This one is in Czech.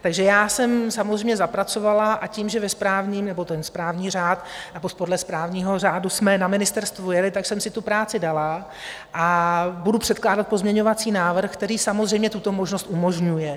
Takže jsem samozřejmě zapracovala a tím, že ve správním, nebo ten správní řád, podle správního řádu jsme na ministerstvu jeli, tak jsem si tu práci dala, a budu předkládat pozměňovací návrh, který samozřejmě tuto možnost umožňuje.